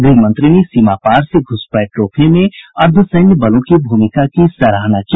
गृहमंत्री ने सीमापार से घुसपैठ रोकने में अर्द्धसैन्य बलों की भूमिका की सराहना की